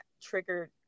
triggered